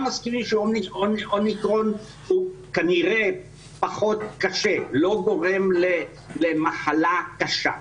מסכימים שה-אומיקרון הוא כנראה פחות קשה ולא גורם למחלה קשה.